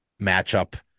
matchup